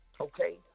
okay